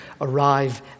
arrive